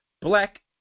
black